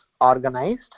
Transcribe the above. organized